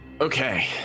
Okay